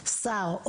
שר,